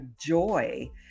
joy